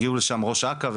הגיעו לשם ראש אכ"א,